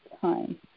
time